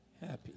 happy